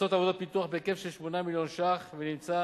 מתבצעות עבודות פיתוח בהיקף 8 מיליון ש"ח ונמצא